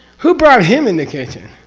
who brought him in the kitchen?